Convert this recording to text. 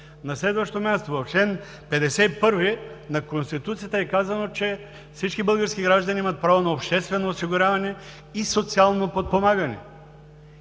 На следващо място, в чл. 51 на Конституцията е казано, че всички български граждани имат право на обществено осигуряване и социално подпомагане.